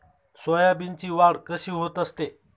सोयाबीनची वाढ कशी होत असते?